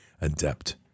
adept